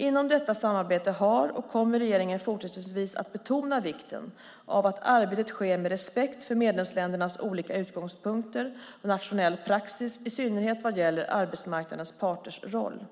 Inom detta samarbete har och kommer regeringen fortsättningsvis att betona vikten av att arbetet sker med respekt för medlemsländernas olika utgångspunkter och nationell praxis, i synnerhet vad gäller arbetsmarknadens parters roll.